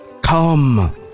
Come